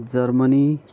Germany